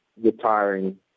retiring